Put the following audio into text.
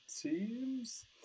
teams